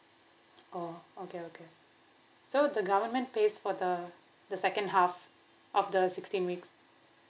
oh okay okay so the government pays for the the second half of the sixteen weeks